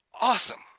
Awesome